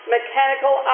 mechanical